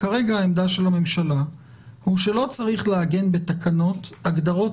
כרגע העמדה של הממשלה היא שלא צריך לעגן בתקנות הגדרות